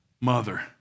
mother